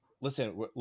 listen